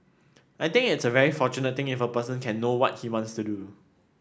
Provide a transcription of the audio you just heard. I think it's a very fortunate thing if a person can know what he wants to do